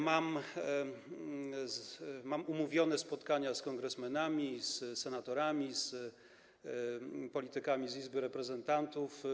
Mam umówione spotkania z kongresmenami, z senatorami, z politykami z Izby Reprezentantów.